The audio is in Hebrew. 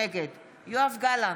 נגד יואב גלנט,